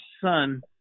son